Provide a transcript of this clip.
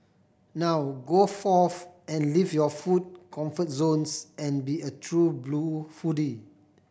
now go forth and leave your food comfort zones and be a true blue foodie